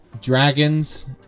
dragons